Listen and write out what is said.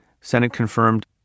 Senate-confirmed